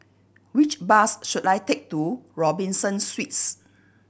which bus should I take to Robinson Suites